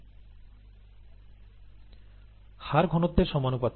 ব্রথে হার ঘনত্বের সমানুপাতিক